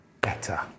better